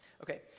Okay